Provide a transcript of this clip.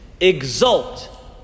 Exult